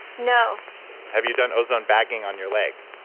no have you done ozone bagging on your leg?